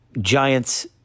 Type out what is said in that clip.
Giants